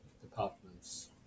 departments